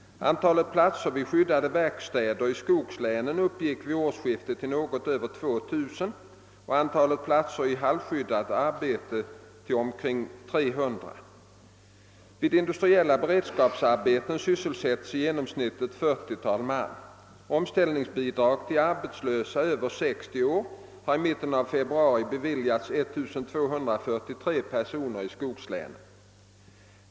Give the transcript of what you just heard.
Antalet platser vid skyddade verkstäder i skogslänen uppgick vid årsskiftet till något över 2000, och antalet platser i halvskyddat arbete är nu omkring 300. Vid industriella beredskapsarbeten sysselsätts i genomsnitt ett 40-tal man. Omställningsbidrag till arbetslösa över 60 år hade i mitten av februari beviljats 1243 personer i skogslänen.